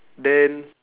then